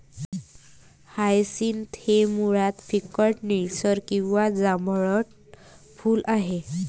hyacinth हे मुळात फिकट निळसर किंवा जांभळट फूल आहे